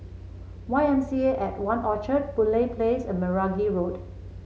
Y M C A At One Orchard Boon Lay Place and Meragi Road